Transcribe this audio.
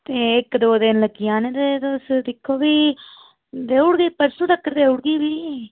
ते इक्क दौ दिन लग्गी जाने ते फिर दिक्खो भी देई ओड़गी भी परसों तगर देई ओड़गी भी